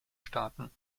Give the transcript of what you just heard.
staaten